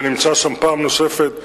שנמצא שם פעם נוספת בסיור,